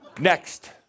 Next